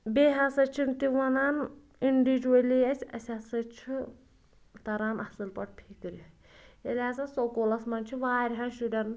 بیٚیہِ ہَسا چھِ نہٕ تہِ وَنان اِنڈِجولی اَسہِ اَسہِ ہَسا چھِ تَران اَصٕل پٲٹھۍ فِکرِ ییٚلہِ ہَسا سکوٗلَس منٛز چھِ واریاہَن شُرٮ۪ن